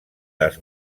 les